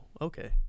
okay